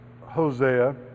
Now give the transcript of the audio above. Hosea